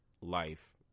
life